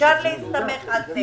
אפשר להסתמך על זה.